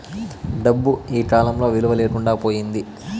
డబ్బు ఈకాలంలో విలువ లేకుండా పోయింది